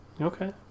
Okay